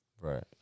Right